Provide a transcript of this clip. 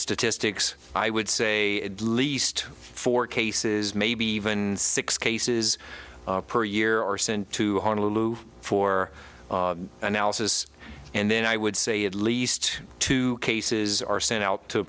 statistics i would say least four cases maybe even six cases per year are sent to honolulu for analysis and then i would say at least two cases are sent out to